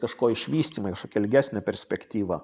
kažko išvystymą į kažkokią ilgesnę perspektyvą